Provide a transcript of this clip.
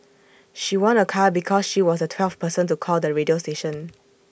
she won A car because she was the twelfth person to call the radio station